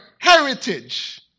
heritage